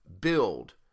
build